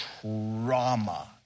trauma